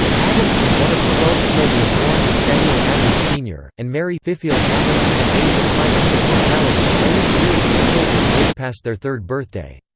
adams was one of twelve children born to samuel adams, sr, and mary adams in an age of high infant mortality only three of these children lived past their third birthday.